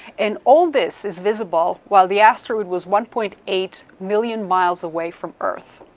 and all this is visible while the asteroid was one point eight million miles away from earth.